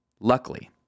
luckily